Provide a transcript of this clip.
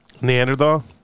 Neanderthal